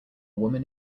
woman